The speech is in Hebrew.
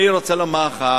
אני רוצה לומר לך,